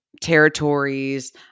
territories